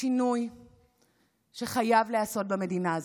השינוי שחייב להיעשות במדינה הזו,